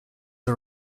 are